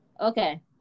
Okay